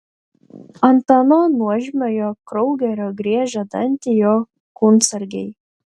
ant ano nuožmiojo kraugerio griežia dantį jo kūnsargiai